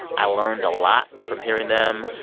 i learned a lot from hearing them.